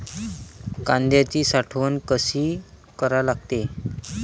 कांद्याची साठवन कसी करा लागते?